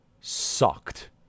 sucked